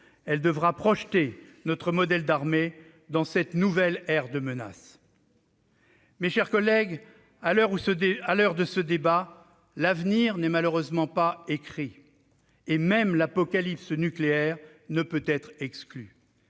Elle devra projeter notre modèle d'armée dans cette nouvelle ère de menace. Mes chers collègues, à l'heure où nous tenons ce débat, l'avenir n'est malheureusement pas écrit et même l'apocalypse nucléaire ne peut être exclue.